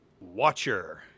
watcher